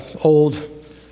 old